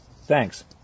thanks